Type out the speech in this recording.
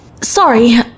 Sorry